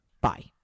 Bye